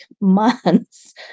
months